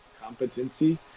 competency